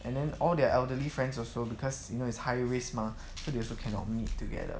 and then all their elderly friends also because you know it's high risks mah so they also cannot meet together